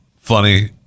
funny